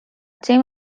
team